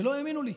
ולא האמינו לי,